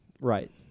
right